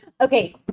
okay